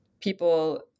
people